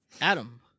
Adam